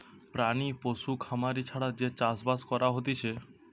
প্রাণী পশু খামারি ছাড়া যে চাষ বাস করা হতিছে